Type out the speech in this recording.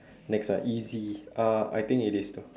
next one easy uh I think it is though